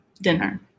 Dinner